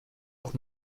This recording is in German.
auch